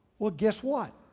well, guess what,